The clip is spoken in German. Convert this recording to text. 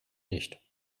nicht